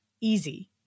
easy